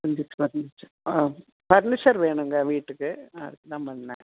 furniture furniture வேணுங்க வீட்டுக்கு அதுக்கு தான் பண்ணன்